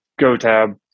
GoTab